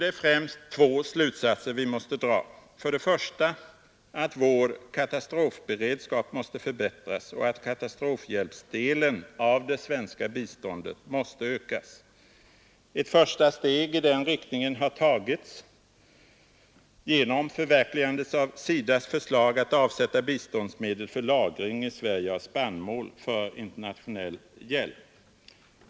Det är främst två slutsatser vi måste dra: För det första måste vår katastrofberedskap förbättras, och katastrofhjälpsdelen av det svenska biståndet måste ökas. Ett första steg i den riktningen har tagits genom förverkligandet av SIDA:s förslag att avsätta biståndsmedel för lagring i Sverige av spannmål för internationell hjälp.